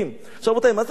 רבותי, מה זאת הברית החדשה?